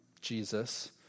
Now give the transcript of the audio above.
Jesus